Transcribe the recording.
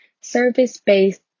service-based